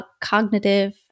cognitive